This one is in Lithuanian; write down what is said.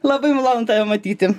labai malonu tave matyti